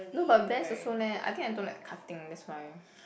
no but Vans also leh I think I don't like the cutting that's why